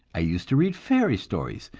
i used to read fairy stories,